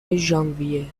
ژانویه